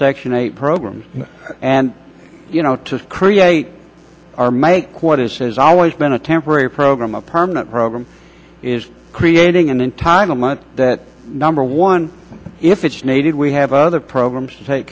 section eight programs and you know to create our make what is has always been a temporary program a permanent program is creating an entitlement that number one if it's needed we have other programs to take